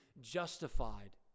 justified